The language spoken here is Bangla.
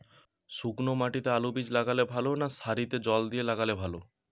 শুক্নো মাটিতে আলুবীজ লাগালে ভালো না সারিতে জল দিয়ে লাগালে ভালো?